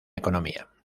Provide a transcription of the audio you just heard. economía